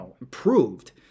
improved